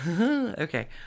okay